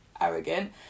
arrogant